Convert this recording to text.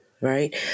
right